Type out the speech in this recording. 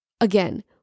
again